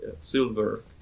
silver